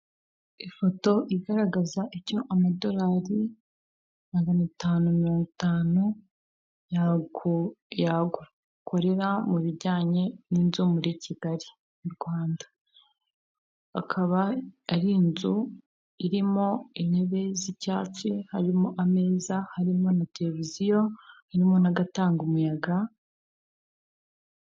Ifoto igaragaza icyo amadolari magana tanu mirongo itanu yagukorera mu bijyanye n'inzu muri kigali mu Rwanda, akaba ari inzu irimo intebe z'icyatsi harimo ameza, harimo na televiziyo, harimo n'agatanga umuyaga.